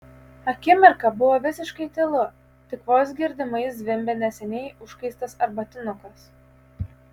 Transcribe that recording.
akimirką buvo visiškai tylu tik vos girdimai zvimbė neseniai užkaistas arbatinukas